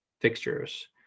fixtures